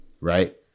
right